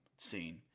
scene